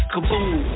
Kaboom